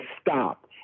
stop